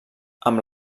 amb